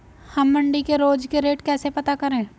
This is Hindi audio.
हम मंडी के रोज के रेट कैसे पता करें?